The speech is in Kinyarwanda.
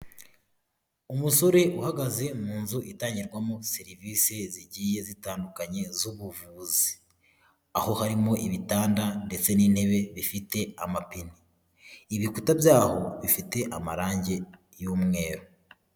Umusore uhagaze mu nzu itangirwamo serivisi zigiye zitandukanye z'ubuvuzi, aho harimo ibitanda ndetse n'intebe bifite amapine, ibikuta byaho bifite amarangi y'umweru.